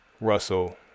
Russell